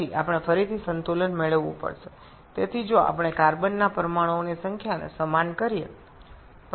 তারপরে আমাদের আবার সাম্যতা পেতে হবে তাই যদি আমরা কার্বন অণুর সংখ্যা সমান করি